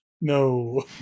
No